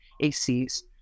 AC's